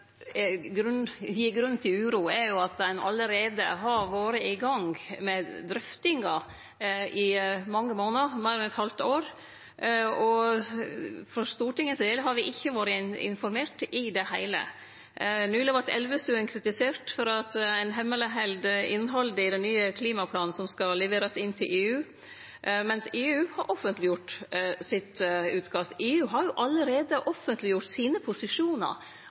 gir grunn til uro, er jo at ein allereie har vore i gang med drøftingar i mange månader – meir enn eit halvt år – og for Stortinget sin del har me ikkje vore informerte i det heile. Nyleg vart statsråd Elvestuen kritisert for å hemmeleghalde innhaldet i den nye klimaplanen som skal leverast inn til EU, medan EU har offentleggjort sitt utkast. EU har allereie offentleggjort sine posisjonar,